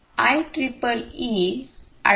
आयट्रिपलई 802